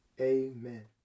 Amen